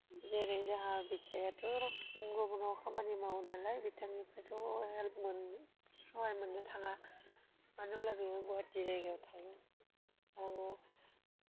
जेरै जोंहा बिसायाथ' गुबुनाव खामानि मावो नालाय बिथांनिफायथ' हेल्फ मोन सहाय मोननो थाङा मानो होमब्ला बियो गुवाहाटीयाव जायगायाव थायो आरो